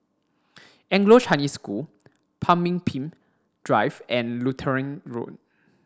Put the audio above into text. Anglo Chinese School Pemimpin Drive and Lutheran Road